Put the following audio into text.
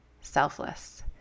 selfless